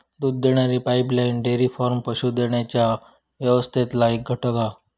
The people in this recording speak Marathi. दूध देणारी पाईपलाईन डेअरी फार्म पशू देण्याच्या व्यवस्थेतला एक घटक हा